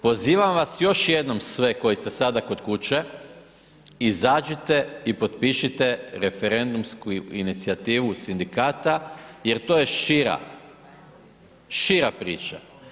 Pozivam vas još jednom sve koji ste sada kod kuće, izađite i potpišite referendumsku inicijativu sindikata jer to je šira, šira priča.